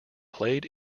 played